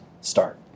start